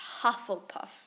Hufflepuff